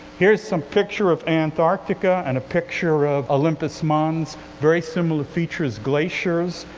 here is some picture of antarctica and a picture of olympus mons, very similar features, glaciers.